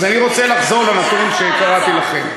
אז אני רוצה לחזור לנתונים שקראתי לכם.